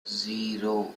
zero